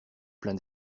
plein